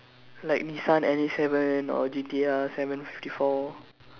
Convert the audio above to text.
like Nissan N A seven or G_T_R seven fifty four